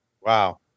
Wow